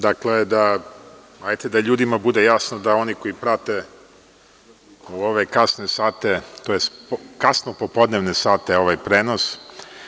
Dakle, hajde da ljudima bude jasno i da ne bunimo one koji prate u ove kasne sate, tj. kasno popodnevne sate, ovaj prenos.